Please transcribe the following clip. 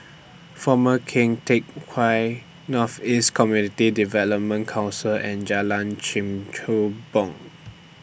Former Keng Teck Whay North East Community Development Council and Jalan Kechubong